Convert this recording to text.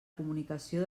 comunicació